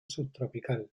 subtropical